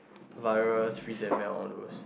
virus free and melt onwards